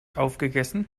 aufgegessen